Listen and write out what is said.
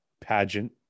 pageant